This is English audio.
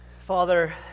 Father